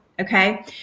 okay